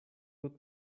would